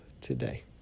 today